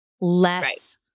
less